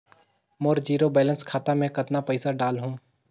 मोर zero balance खाता मे कतना पइसा डाल हूं?